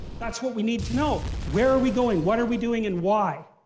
that's what we need to know. where are we going, what are we doing, and why?